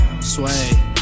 Sway